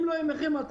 אם לא יהיה מחיר מטרה,